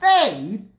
faith